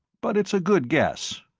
but it's a good guess.